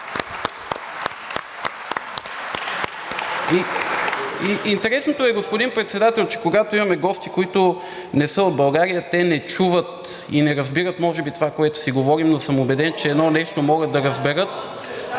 Интересното е, господин Председател, че когато имаме гости, които не са от България, те не чуват и не разбират може би това, което си говорим, но съм убеден, че едно нещо могат да разберат